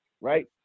right